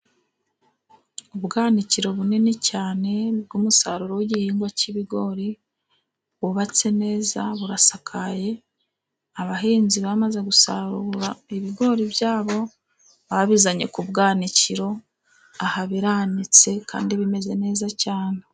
Ubwanwanikiro bunini cyane bw'umusaruro w'igihingwa cy'ibigori wubatse neza, burasakaye, abahinzi bamaze gusarura ibigori byabo, babizanye ku bwanakiro aha biranitse kandi bimeze neza cyane.